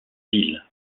ville